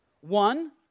One